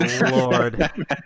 lord